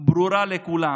ברורה לכולם